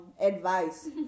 advice